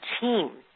team